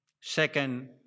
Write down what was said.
Second